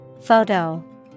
Photo